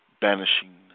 banishing